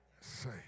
Say